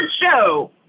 show